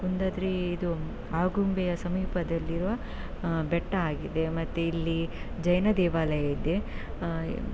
ಕುಂದಾದ್ರಿ ಇದು ಆಗುಂಬೆಯ ಸಮೀಪದಲ್ಲಿರುವ ಬೆಟ್ಟ ಆಗಿದೆ ಮತ್ತು ಇಲ್ಲಿ ಜೈನ ದೇವಾಲಯ ಇದೆ